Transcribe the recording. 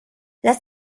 las